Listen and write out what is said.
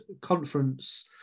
conference